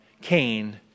Cain